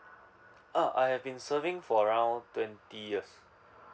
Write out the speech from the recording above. uh I have been serving for around twenty years